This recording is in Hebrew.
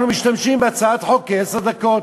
אנחנו משתמשים בהצעת חוק, כעשר דקות.